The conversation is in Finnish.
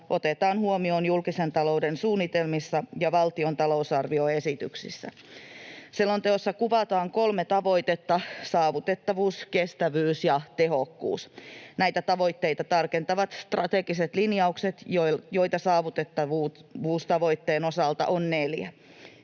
otetaan huomioon julkisen talouden suunnitelmissa ja valtion talousarvioesityksissä. Selonteossa kuvataan kolme tavoitetta: saavutettavuus, kestävyys ja tehokkuus. Näitä tavoitteita tarkentavat strategiset linjaukset, joita saavutettavuustavoitteen osalta on neljä.